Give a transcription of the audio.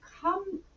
come